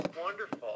Wonderful